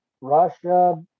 Russia